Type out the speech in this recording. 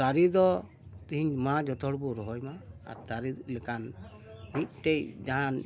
ᱫᱟᱨᱮ ᱫᱚ ᱛᱮᱦᱮᱧᱼᱢᱟ ᱡᱚᱛᱚ ᱦᱚᱲ ᱵᱚᱱ ᱨᱚᱦᱚᱭᱼᱢᱟ ᱟᱨ ᱫᱟᱨᱮ ᱞᱮᱠᱟᱱ ᱢᱤᱫᱴᱮᱱ ᱡᱟᱦᱟᱱ